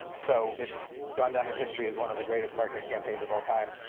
so it's gone down in history as one of the greatest marketing campaigns of all time.